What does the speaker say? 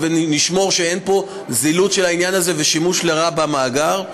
נשמור שאין פה זילות של העניין הזה ושימוש לרעה במאגר.